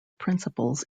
principles